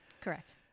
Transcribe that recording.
Correct